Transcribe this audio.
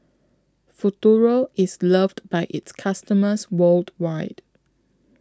Futuro IS loved By its customers worldwide